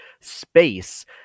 space